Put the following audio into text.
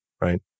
Right